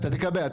אתה תקבל.